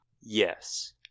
Yes